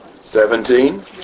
Seventeen